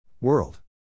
World